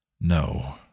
No